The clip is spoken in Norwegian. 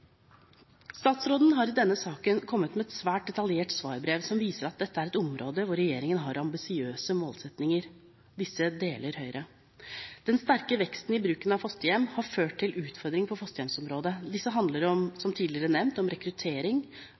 Statsråden har i denne saken kommet med et svært detaljert svarbrev som viser at dette er et område hvor regjeringen har ambisiøse målsettinger. Disse deler Høyre. Den sterke veksten i bruken av fosterhjem har ført til utfordringer på fosterhjemsområdet. Disse handler, som tidligere nevnt, om rekruttering,